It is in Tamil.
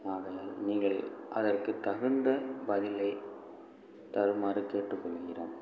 ஆகையால் நீங்கள் அதற்கு தகுந்த பதிலை தருமாறு கேட்டுக்கொள்கிறோம்